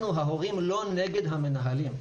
אנחנו ההורים לא נגד המנהלים.